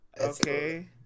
Okay